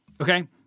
Okay